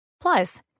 Plus